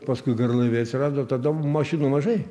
paskui garlaiviai atsirado tada mašinų mažai